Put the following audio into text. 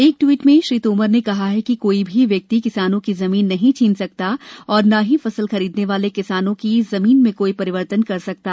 एक ट्वीट में श्री तोमर ने कहा कि कोई भी व्यक्ति किसानों की जमीन नहीं छीन सकता और ना ही फसल खरीदने वाले किसानों की जमीन में कोई परिवर्तन नहीं कर सकता